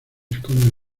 esconde